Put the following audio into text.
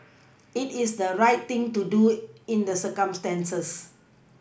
it is the right thing to do in the circumstances